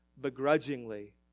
begrudgingly